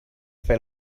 fer